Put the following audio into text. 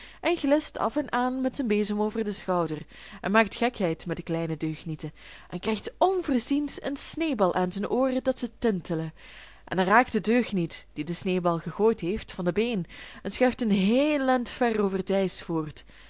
en glist af en aan met zijn bezem over den schouder en maakt gekheid met de kleine deugnieten en krijgt onverziens een sneeuwbal aan zijn ooren dat ze tintelen en dan raakt de deugniet die den sneeuwbal gegooid heeft van de been en schuift een heel end ver over t ijs voort